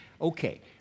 okay